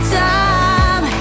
time